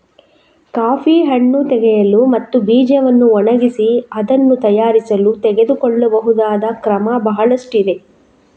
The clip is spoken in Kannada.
ಕಾಫಿ ಹಣ್ಣು ತೆಗೆಯಲು ಮತ್ತು ಬೀಜವನ್ನು ಒಣಗಿಸಿ ಅದನ್ನು ತಯಾರಿಸಲು ತೆಗೆದುಕೊಳ್ಳಬಹುದಾದ ಕ್ರಮ ಬಹಳಷ್ಟಿವೆ